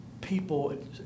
people